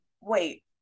Wait